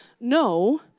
No